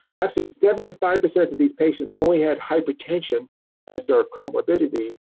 actually seventy five percent of these patients only had hypertension as there are comorbidity.